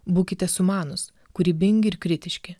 būkite sumanūs kūrybingi ir kritiški